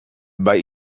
bei